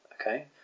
Okay